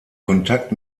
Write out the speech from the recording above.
kontakt